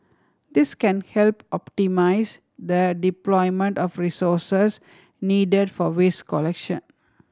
this can help optimise the deployment of resources needed for waste collection